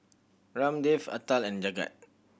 Ramdev Atal and Jagat